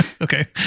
Okay